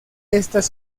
estas